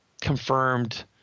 confirmed